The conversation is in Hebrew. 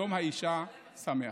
יום האישה שמח.